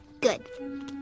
Good